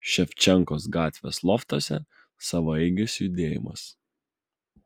ševčenkos gatvės loftuose savaeigis judėjimas